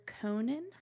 conan